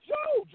Joe